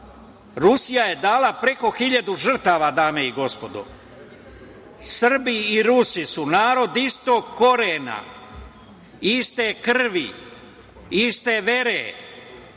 Rusija je dala preko hiljadu žrtava, dame i gospodo. Srbi i Rusi su narod istog korena, iste krvi, iste vere,